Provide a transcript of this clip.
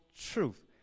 truth